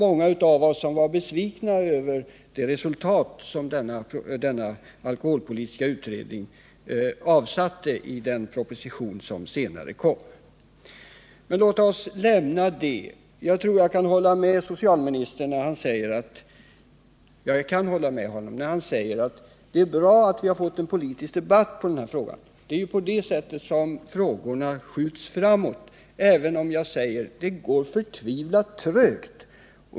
Många av oss var besvikna över det resultat denna alkoholpolitiska utredning avsatte i den proposition som senare lades fram. Men låt oss lämna det. Jag kan hålla med socialministern när han säger att det är bra att vi fått en politisk debatt om den här frågan. Det är på det sättet frågorna skjuts framåt, även om jag tycker att det går förtvivlat trögt.